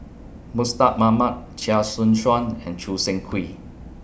Mustaq Ahmad Chia Choo Suan and Choo Seng Quee